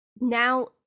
now